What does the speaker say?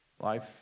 Life